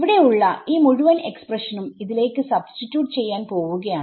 ഇവിടെ ഉള്ള ഈ മുഴുവൻ എക്സ്പ്രഷനും ഇതിലേക്ക് സബ്സ്റ്റിട്യൂട്ട് substituteചെയ്യാൻ പോവുകയാണ്